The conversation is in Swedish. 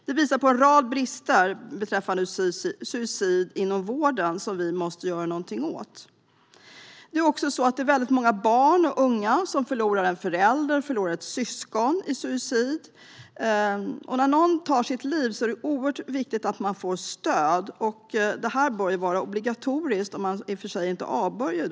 Detta visar på en rad brister beträffande suicid inom vården som vi måste göra något åt. Många barn och unga förlorar en förälder eller ett syskon genom suicid. När någon har tagit sitt liv är det viktigt att de efterlevande får stöd. Det bör vara obligatoriskt så länge man inte avböjer.